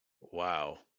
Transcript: Wow